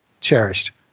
cherished